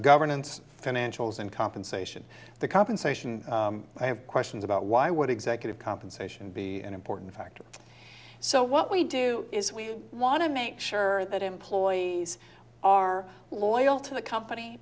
governance financials and compensation the compensation i have questions about why would executive compensation be an important factor so what we do is we want to make sure that employees are loyal to the company